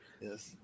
Yes